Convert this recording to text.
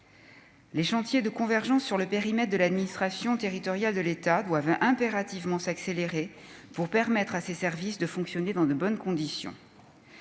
les chantiers de convergence sur le périmètre de l'administration territoriale de l'État doivent impérativement s'accélérer pour permettre à ses services de fonctionner dans de bonnes conditions,